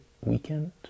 weekend